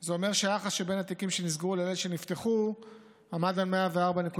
זה אומר שהיחס שבין התיקים שנסגרו לאלה שנפתחו עמד על 104.8%,